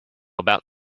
about